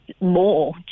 more